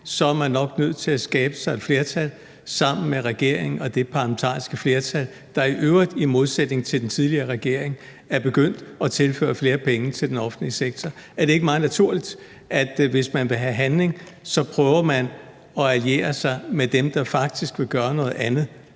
er man nok nødt til at skabe sig et flertal sammen med regeringen og det parlamentariske flertal, der i øvrigt i modsætning til den tidligere regering er begyndt at tilføre flere penge til den offentlige sektor? Er det ikke meget naturligt, at man, hvis man vil have handling, prøver at alliere sig med dem, der faktisk vil gøre noget andet